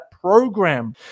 program